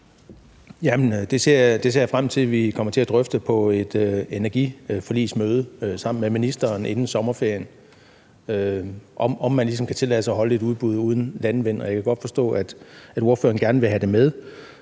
det ser jeg frem til at vi kommer til at drøfte på et energiforligsmøde sammen med ministeren inden sommerferien, altså om man ligesom kan tillade sig at holde et udbud uden landvind. Og jeg kan godt forstå, at ordføreren gerne vil have det med.